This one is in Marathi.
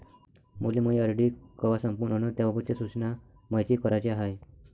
मले मायी आर.डी कवा संपन अन त्याबाबतच्या सूचना मायती कराच्या हाय